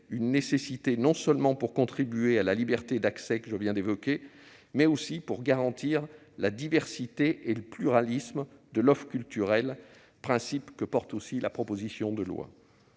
une nécessité non seulement pour contribuer à la liberté d'accès que je viens d'évoquer, mais aussi pour garantir la diversité et le pluralisme de l'offre culturelle, principes que porte aussi la proposition de loi.